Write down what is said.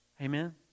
Amen